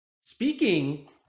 Speaking